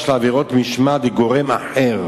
לעבירות משמעת לגורם אחר